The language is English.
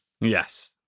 Yes